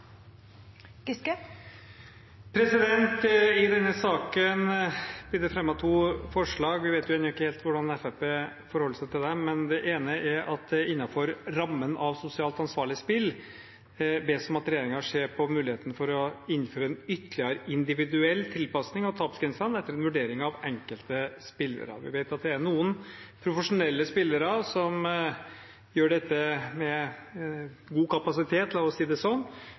to forslag, men vi vet ennå ikke helt hvordan Fremskrittspartiet forholder seg til dem. I det ene ber man, innenfor rammene av sosialt ansvarlige spill, regjeringen om å se på muligheten for å innføre ytterligere individuell tilpasning av tapsgrensene etter en vurdering av enkelte spillere. Vi vet at det er noen profesjonelle spillere som gjør dette med god kapasitet – la oss si det sånn